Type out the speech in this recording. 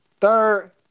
Third